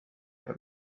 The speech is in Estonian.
ajal